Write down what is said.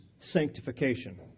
sanctification